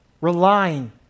relying